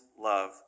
love